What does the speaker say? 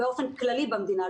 באופן כללי במדינה,